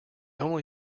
only